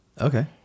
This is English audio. Okay